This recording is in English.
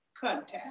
contact